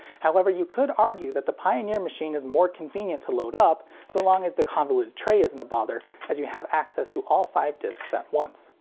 however you could argue that the pioneer machine is more convenient to load up, so long as the convoluted tray isn't a bother, as you have access to all five discs at once.